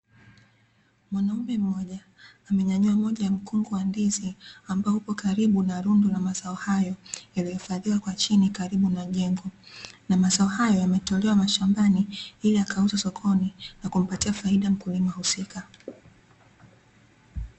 Mwanaume mmoja amenyanyua moja ya mkungu wa ndizi, ambao uko karibu na rundo la mazao hayo yaliyohifadhiwa kwa chini karibu na jengo, na mazao hayo yametolewa mashambani ili yakauzwe sokoni, na kumpatia faida mkulima husika.